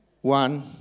One